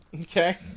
Okay